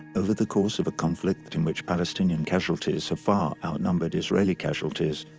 over the course of a conflict in which palestinian casualties have far outnumbered israeli casualties,